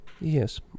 Yes